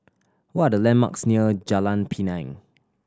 what are the landmarks near Jalan Pinang